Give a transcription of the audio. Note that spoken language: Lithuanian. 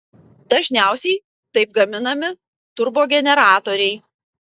dažniausiai taip gaminami turbogeneratoriai